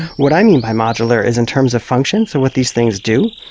what i mean by modular is in terms of function, so what these things do.